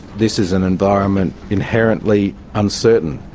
this is an environment inherently uncertain.